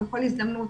בכל הזדמנות,